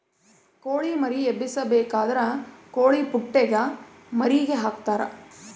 ಕೊಳಿ ಮರಿ ಎಬ್ಬಿಸಬೇಕಾದ್ರ ಕೊಳಿಪುಟ್ಟೆಗ ಮರಿಗೆ ಹಾಕ್ತರಾ